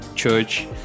church